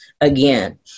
again